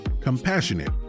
Compassionate